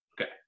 Okay